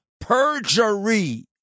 perjury